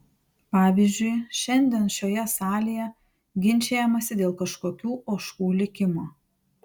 pavyzdžiui šiandien šioje salėje ginčijamasi dėl kažkokių ožkų likimo